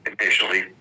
initially